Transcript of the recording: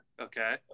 Okay